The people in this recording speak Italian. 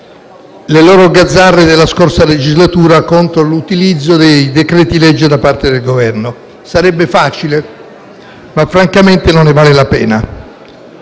le loro gazzarre nella scorsa legislatura contro l'utilizzo dei decreti-legge da parte del Governo. Sarebbe facile, ma francamente non ne vale la pena.